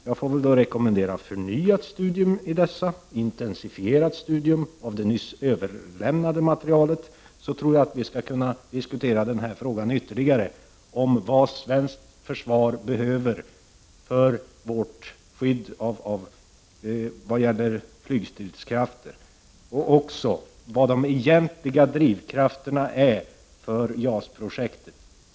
Jag får väl rekommendera intensifierat studium av det nyss överlämnade materialet, så tror jag att vi skall kunna diskutera ytterligare vad svenskt försvar behöver i fråga om flygstridskrafter och också vilka de egentliga drivkrafterna är för JAS projektet.